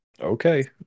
okay